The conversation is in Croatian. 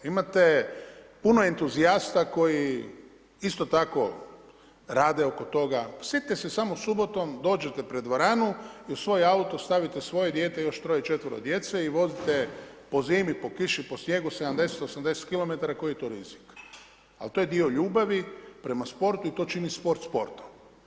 Imate puno entuzijasta koji isto tako rade oko toka, sjetite se samo subotom dođete pred dvoranu i u svoj auto stavite svoje dijete i još 3,4 djece i vozite po zimi, po kiši po snijegu 70-80 km koji je to rizik, al to je dio ljubavi prema sportu i to čini sport sportom.